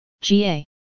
GA